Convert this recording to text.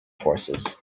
forces